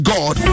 God